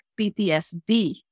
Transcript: PTSD